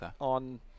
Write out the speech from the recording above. on